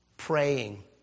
Praying